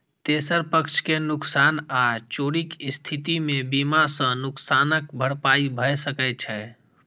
तेसर पक्ष के नुकसान आ चोरीक स्थिति मे बीमा सं नुकसानक भरपाई भए सकै छै